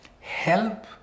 help